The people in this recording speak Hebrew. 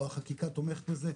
או החקיקה תומכת בזה,